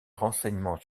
renseignements